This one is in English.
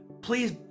Please